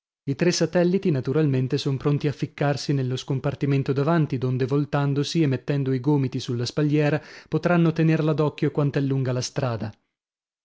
i tre satelliti naturalmente son pronti a ficcarsi nello scompartimento davanti donde voltandosi e mettendo i gomiti sulla spalliera potranno tenerla d'occhio quant'è lunga la strada